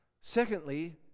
Secondly